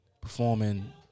performing